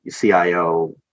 CIO